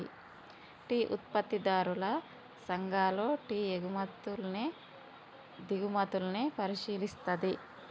tea ఉత్పత్తిదారుల సంఘాలు tea ఎగుమతుల్ని దిగుమతుల్ని పరిశీలిస్తది